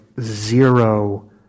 zero